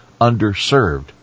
underserved